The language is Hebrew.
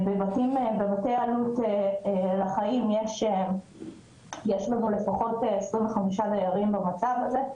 בבתי אלו"ט לחיים יש לפחות 25 דיירים במצב הזה,